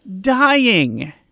dying